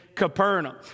Capernaum